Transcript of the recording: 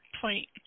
point